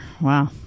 Wow